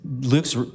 Luke's